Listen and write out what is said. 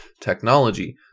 technology